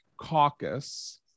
caucus